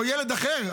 או ילד אחר,